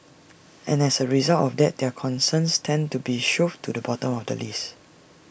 and as A result of that their concerns tend to be shoved to the bottom of the list